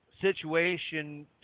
situation